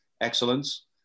excellence